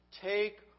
take